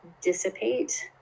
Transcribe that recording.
dissipate